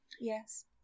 Yes